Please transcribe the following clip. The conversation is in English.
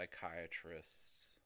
psychiatrists